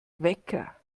wecker